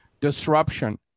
Disruption